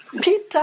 Peter